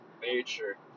nature